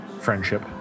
friendship